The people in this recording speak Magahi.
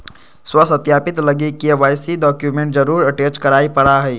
स्व सत्यापित लगी के.वाई.सी डॉक्यूमेंट जरुर अटेच कराय परा हइ